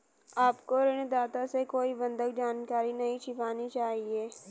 आपको ऋणदाता से कोई बंधक जानकारी नहीं छिपानी चाहिए